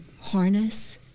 harness